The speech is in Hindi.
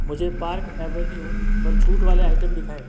मुझे पार्क एवेन्यू पर छूट वाले आइटम दिखाएँ